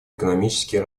экономические